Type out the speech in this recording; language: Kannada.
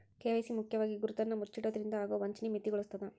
ಕೆ.ವಾಯ್.ಸಿ ಮುಖ್ಯವಾಗಿ ಗುರುತನ್ನ ಮುಚ್ಚಿಡೊದ್ರಿಂದ ಆಗೊ ವಂಚನಿ ಮಿತಿಗೊಳಿಸ್ತದ